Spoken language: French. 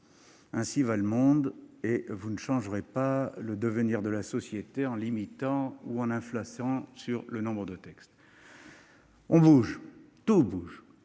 ainsi va le monde et vous ne changerez pas le devenir de la société en limitant le nombre de lois ! On bouge, tout bouge.